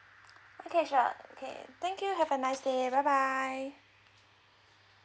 okay sure okay thank you have a nice day bye bye